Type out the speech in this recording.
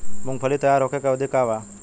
मूँगफली तैयार होखे के अवधि का वा?